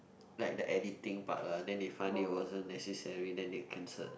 like the editing part lah then they find it wasn't necessary then they cancel